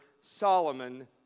Solomon